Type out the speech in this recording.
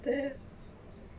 damn